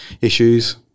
issues